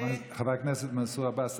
חבר הכנסת מנסור עבאס,